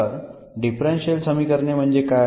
तर डिफरन्शियल समीकरणे म्हणजे काय